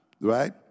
Right